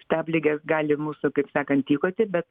stabligės gali mūsų taip sakant tykoti bet